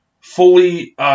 fully